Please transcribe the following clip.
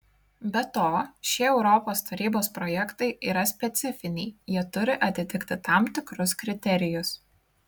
be to šie europos tarybos projektai yra specifiniai jie turi atitikti tam tikrus kriterijus